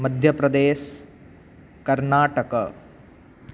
मध्यप्रदेशः कर्नाटक